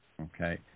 okay